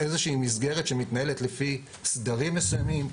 איזושהי מסגרת שמתנהלת לפי סדרים מסוימים,